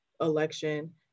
election